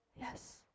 Yes